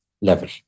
level